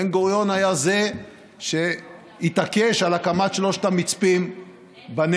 בן-גוריון היה זה שהתעקש על הקמת שלושת המצפים בנגב